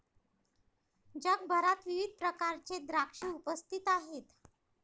जगभरात विविध प्रकारचे द्राक्षे उपस्थित आहेत